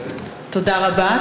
תודה רבה,